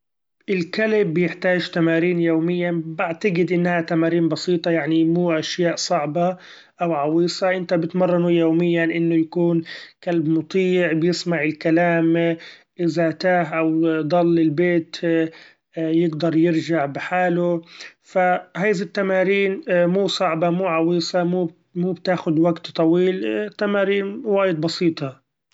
الكلب يحتاچ تمارين يوميا بعتقد إنها تمارين بسيطة، يعني مو اشياء صعبة أو عويصة ، إنت بتمرنه يوميا إنه يكون كلب مطيع بيسمع الكلام إذا تاه أو ضل البيت يقدر يرچع بحاله ، ف هذي التمارين مو صعبة مو عويصة مو بتاخد وقت طويل تمارين وايد بسيطة.